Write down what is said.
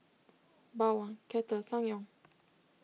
Bawang Kettle Ssangyong